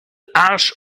arsch